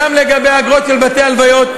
גם לגבי האגרות של בתי-ההלוויות,